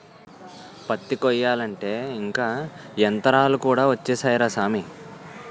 పత్తి కొయ్యాలంటే ఇంక యంతరాలు కూడా ఒచ్చేసాయ్ రా సామీ